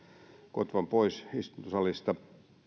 kotvan pois istuntosalista